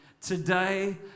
Today